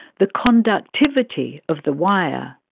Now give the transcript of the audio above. the conductivity of the wire.